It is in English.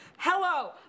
Hello